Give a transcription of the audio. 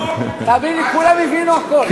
כולם הבינו הכול.